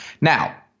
Now